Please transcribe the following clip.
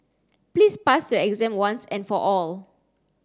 please pass your exam once and for all